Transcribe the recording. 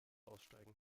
aussteigen